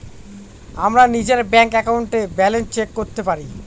আমরা নিজের ব্যাঙ্ক একাউন্টে ব্যালান্স চেক করতে পারি